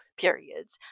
periods